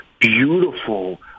beautiful